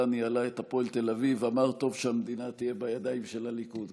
ניהלה את הפועל תל אביב אמר: טוב שהמדינה תהיה בידיים של הליכוד,